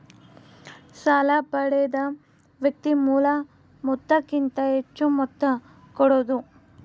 ಸಾಲ ಪಡೆದ ವ್ಯಕ್ತಿ ಮೂಲ ಮೊತ್ತಕ್ಕಿಂತ ಹೆಚ್ಹು ಮೊತ್ತ ಕೊಡೋದು